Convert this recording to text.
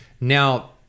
now